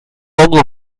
años